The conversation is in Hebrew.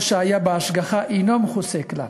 או שהיה בהשגחה, אינו מכוסה כלל.